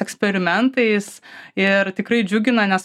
eksperimentais ir tikrai džiugina nes